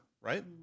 right